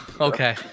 Okay